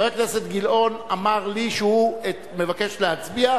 חבר הכנסת גילאון אמר לי שהוא מבקש להצביע,